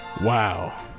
Wow